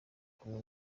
kumi